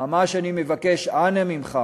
ממש אני מבקש, אנא ממך,